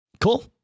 Cool